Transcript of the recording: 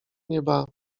nieba